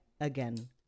again